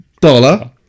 Dollar